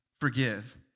forgive